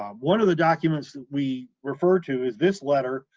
um one of the documents that we refer to is this letter.